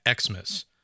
Xmas